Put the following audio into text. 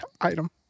item